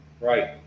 right